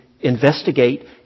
investigate